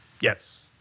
Yes